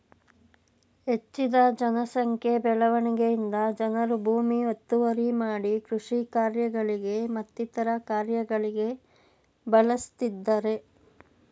ಹೆಚ್ಜದ ಜನ ಸಂಖ್ಯೆ ಬೆಳವಣಿಗೆಯಿಂದ ಜನರು ಭೂಮಿ ಒತ್ತುವರಿ ಮಾಡಿ ಕೃಷಿ ಕಾರ್ಯಗಳಿಗೆ ಮತ್ತಿತರ ಕಾರ್ಯಗಳಿಗೆ ಬಳಸ್ತಿದ್ದರೆ